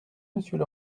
monsieur